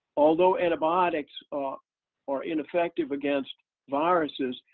although antibiotics are ineffective against viruses,